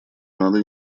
надо